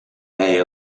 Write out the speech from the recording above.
may